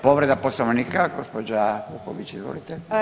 Povreda poslovnika gospođa Vuković izvolite.